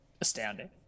astounding